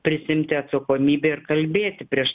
prisiimti atsakomybę ir kalbėti prieš